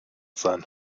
sein